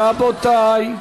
רבותי,